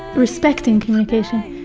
respecting communication.